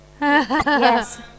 Yes